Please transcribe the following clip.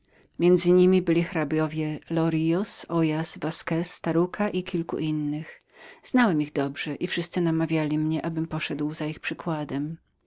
między niemi byli hrabiowie lorrios oias vasquez taruca i kilku innych znałem ich dobrze i wszyscy namawiali mnie abym poszedł za ich przykładem